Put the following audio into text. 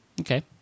Okay